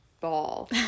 ball